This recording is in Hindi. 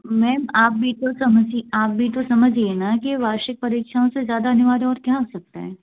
मैम आप भी तो समझि आप भी तो समझ गई ना कि वार्षिक परीक्षाओं से ज़्यादा अनिवार्य और क्या हो सकता है